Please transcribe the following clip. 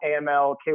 AML